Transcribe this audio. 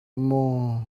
maw